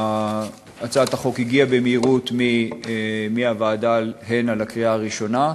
הצעת החוק הגיעה במהירות מהוועדה הנה לקריאה ראשונה.